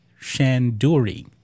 Shanduri